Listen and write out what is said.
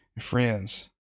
Friends